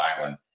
Island